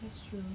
that's true